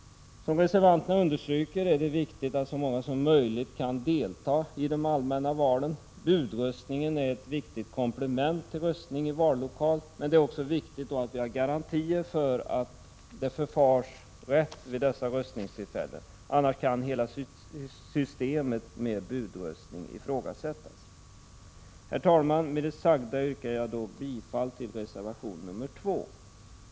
Som reservanterna understryker är det viktigt att så många som möjligt kan delta i de allmänna valen. Budröstningen är ett viktigt komplement till röstning i vallokal. Men det är då viktigt att vi har garantier för att det förfars rätt vid dessa röstningstillfällen, annars kan hela systemet med budröstning ifrågasättas. Herr talman! Med det sagda yrkar jag bifall till reservation nr 2.